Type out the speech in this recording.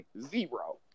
zero